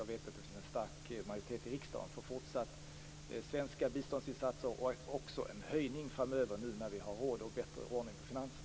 Jag vet att det finns en stark majoritet i riksdagen för fortsatta svenska biståndsinsatser och även för en höjning framöver nu när vi har bättre ordning på finanserna och råd med det.